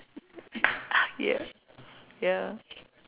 yeah yeah